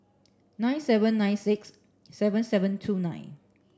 nine seven nine six seven seven two nine